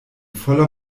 voller